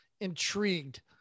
Intrigued